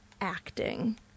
acting